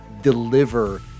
deliver